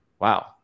Wow